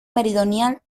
meridional